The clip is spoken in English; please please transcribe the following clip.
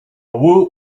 woot